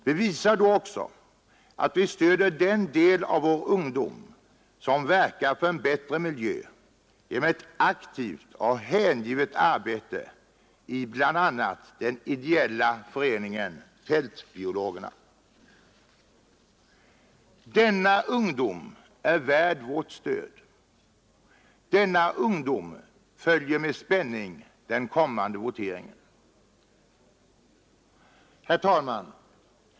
Det visar då också att vi stöder den del av vår ungdom som verkar för en bättre miljö genom ett aktivt och hängivet arbete i bl.a. den ideella föreningen ”Fältbiologerna”. Denna ungdom är värd vårt stöd. Denna ungdom följer med spänning den kommande voteringen! Herr talman!